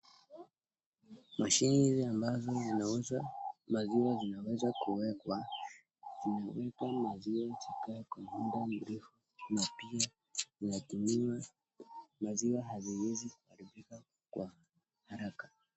Mashine hizi ambazo zinauzwa maziwa yanaweza kuwekwa unaweka maziwa kukaa kwa muda mrefu. Na pia maziwa haziwezi kuharibika kwa haraka.